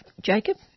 Jacob